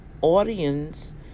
audience